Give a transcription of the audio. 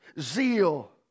zeal